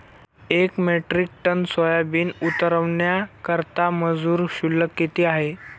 एक metric tonne soybean उतरवण्याकरता मजूर शुल्क किती आहे?